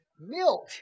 milk